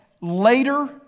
later